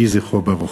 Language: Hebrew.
יהי זכרו ברוך.